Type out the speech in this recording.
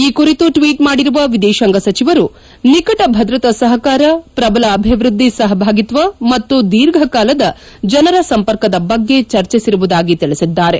ಈ ಕುರಿತು ಟ್ವೀಟ್ ಮಾಡಿರುವ ವಿದೇಶಾಂಗ ಸಚಿವರು ನಿಕಟ ಭದ್ರತಾ ಸಹಕಾರ ಪ್ರಬಲ ಅಭಿವೃದ್ದಿ ಸಹಭಾಗಿತ್ವ ಮತ್ತು ದೀರ್ಘಕಾಲದ ಜನರ ಸಂಪರ್ಕದ ಬಗ್ಗೆ ಚರ್ಚಿಸಿರುವುದಾಗಿ ತಿಳಿಸಿದ್ದಾರೆ